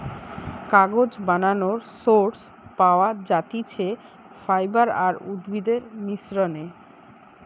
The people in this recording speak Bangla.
কাগজ বানানোর সোর্স পাওয়া যাতিছে ফাইবার আর উদ্ভিদের মিশ্রনে